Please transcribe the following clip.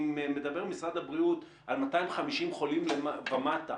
אם מדבר משרד הבריאות על 250 חולים ולמטה